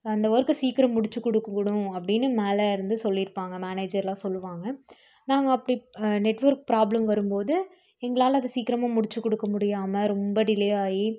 அந்த வொர்க்கு சீக்கரம் முடித்து கொடுக்கக்கூடம் அப்படின்னு மேலே இருந்து சொல்லியிருப்பாங்க மேனேஜர்லாம் சொல்லுவாங்க நாங்கள் அப்படி நெட்வொர்க் ப்ராப்ளம் வரும்போது எங்களால் அதை சீக்கிரமா முடித்து கொடுக்க முடியாமல் ரொம்ப டிலே ஆகி